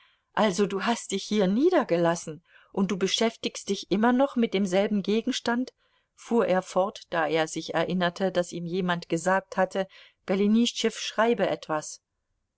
also du hast dich hier niedergelassen und du beschäftigst dich immer noch mit demselben gegenstand fuhr er fort da er sich erinnerte daß ihm jemand gesagt hatte golenischtschew schreibe etwas